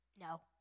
no